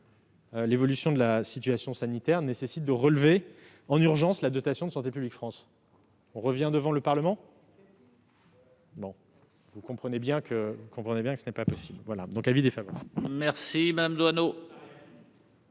l'évolution de la situation sanitaire nécessitait de relever en urgence la dotation de Santé publique France ? Faudrait-il revenir devant le Parlement ? Oui ! Vous comprenez bien que ce n'est pas possible